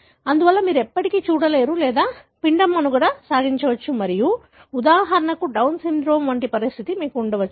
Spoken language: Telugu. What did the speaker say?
అందువల్ల మీరు ఎప్పటికీ చూడలేరు లేదా పిండం మనుగడ సాగించవచ్చు మరియు ఉదాహరణకు డౌన్ సిండ్రోమ్ వంటి పరిస్థితి మీకు ఉండవచ్చు